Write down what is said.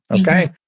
Okay